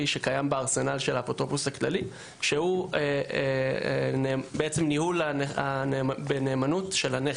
שקיים בארסנל של האפוטרופוס הכללי שהוא ניהול בנאמנות של הנכס.